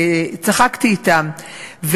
וצחקתי אתם,